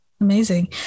Amazing